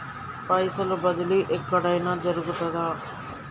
పైసల బదిలీ ఎక్కడయిన జరుగుతదా?